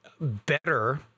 Better